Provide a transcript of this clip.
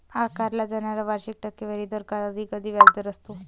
आकारला जाणारा वार्षिक टक्केवारी दर कधीकधी व्याजदर असतो